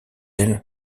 elle